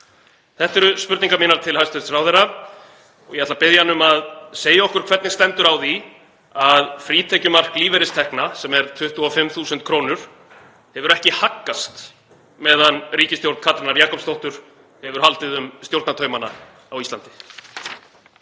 Þetta eru spurningar mínar til hæstv. ráðherra og ég ætla að biðja hann um að segja okkur hvernig stendur á því að frítekjumark lífeyristekna, sem er 25.000 kr., hefur ekki haggast meðan ríkisstjórn Katrínar Jakobsdóttur hefur haldið um stjórnartaumana á Íslandi.